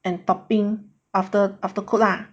and topping after after cook lah